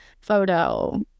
photo